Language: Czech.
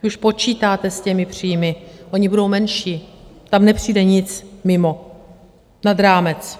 Vy už počítáte s těmi příjmy, ony budou menší, tam nepřijde nic mimo, nad rámec.